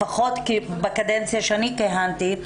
לפחות בקדנציה שבה אני כיהנתי,